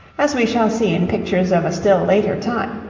as we shall see in pictures of a still later time.